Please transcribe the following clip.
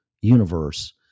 universe